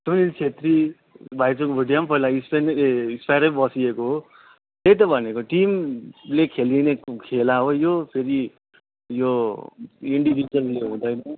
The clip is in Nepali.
सुनिल छेत्री भाइचुङ भुटिया पहिला स्पेन्डै ए स्पेयर बसेको हो त्यही त भनेको टिमले खेलिने खेला हो यो फेरि यो इन्डिभिज्वलले हुँदैन